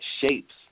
shapes